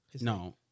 No